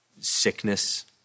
sickness